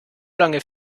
lange